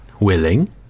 Willing